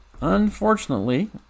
Unfortunately